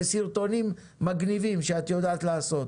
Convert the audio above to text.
בסרטונים מגניבים שאת יודעת לעשות,